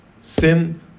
sin